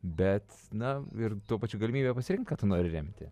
bet na ir tuo pačiu galimybė pasirinkt ką tu nori remti